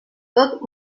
tot